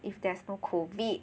if there's no COVID